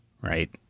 right